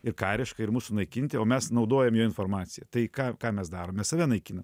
ir kariškai ir mus sunaikinti o mes naudojam jo informaciją tai ką ką mes darom mes save naikinam